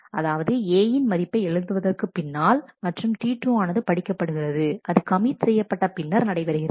அதாவது A யின் மதிப்பை எழுதுவதற்கு பின்னால் மற்றும் T2 ஆனது படிக்கப்படுகிறது அது கமிட் செய்யப்பட்ட பின்னர் நடைபெறுகிறது